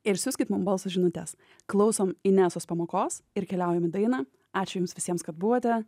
ir siųskit mum balso žinutes klausom inesos pamokos ir keliaujam į dainą ačiū jums visiems kad buvote